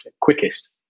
quickest